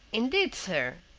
indeed, sir,